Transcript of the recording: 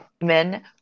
men